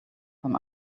from